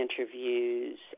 interviews